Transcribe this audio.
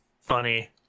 funny